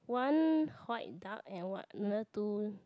one white duck and what another two